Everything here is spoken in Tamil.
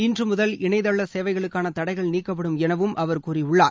இன்று முதல் இணையதள சேவைகளுக்கான தடைகள் நீக்கப்படும் என அவர் கூறியுள்ளார்